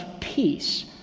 peace